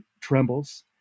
trembles